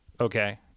okay